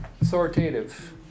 Authoritative